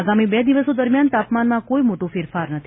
આગામી બે દિવસો દરમ્યાન તાપમાનમાં કોઇ મોટો ફેરફાર નથી